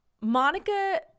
Monica